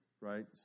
right